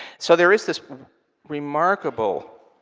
so there is this remarkable